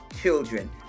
children